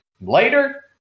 Later